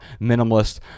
minimalist